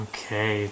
Okay